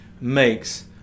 makes